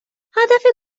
هدف